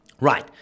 Right